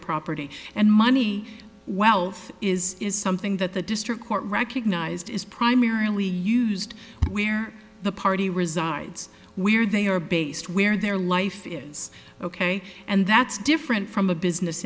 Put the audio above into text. property and money wealth is is something that the district court recognized is primarily used where the party resides we're they are based where their life is ok and that's different from a business